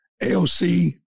AOC